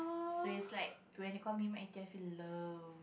so it's like when they call me love